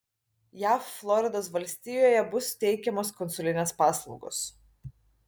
jav floridos valstijoje bus teikiamos konsulinės paslaugos